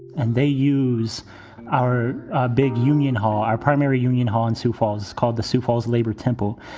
and they use our big union hall, our primary union hall in sioux falls called the sioux falls labor temple,